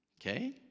Okay